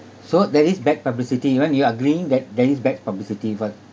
so there is bad publicity even you agreeing that there is bad publicity [what]